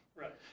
Right